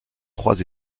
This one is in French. trois